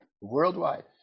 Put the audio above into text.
Worldwide